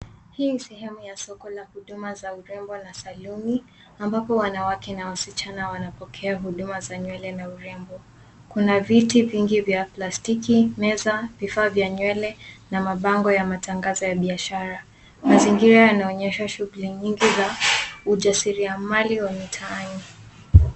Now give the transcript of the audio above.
Hii ni sehemu ya soko la huduma za urembo na salon ambapo wanawake na wasichana wanapokea huduma za nywele na urembo. Kuna viti vingi vya plastiki, meza, vifaa vya nywele na mabango ya matangazo ya biashara. Mazingira yanaonyesha shughuli nyingi za ujasiriamali wa mitaani.